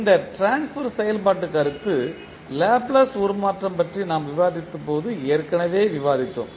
இந்த ட்ரான்ஸ்பர் செயல்பாட்டுக் கருத்து லாப்லேஸ் உருமாற்றம் பற்றி நாம் விவாதித்தபோது ஏற்கனவே விவாதித்தோம்